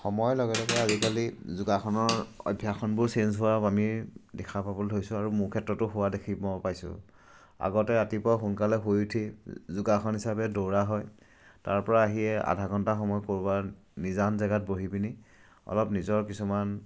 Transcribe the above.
সময়ৰ লগে লগে আজিকালি যোগাসনৰ অভ্যাসনবোৰ চেঞ্জ হোৱা আমি দেখা পাবলৈ ধৰিছোঁ আৰু মোৰ ক্ষেত্ৰতো হোৱা দেখিব পাইছোঁ আগতে ৰাতিপুৱা সোনকালে শুই উঠি যোগাসন হিচাপে দৌৰা হয় তাৰপৰা আহিয়ে আধা ঘণ্টা সময় ক'ৰবাৰ নিজান জেগাত বহি পিনি অলপ নিজৰ কিছুমান